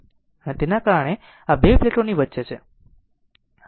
અને તેના કારણે આ બે પ્લેટોની વચ્ચે છે